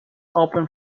open